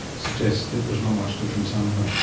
suggests that there is not much difference either.